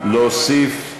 אתה יכול להוסיף אותי?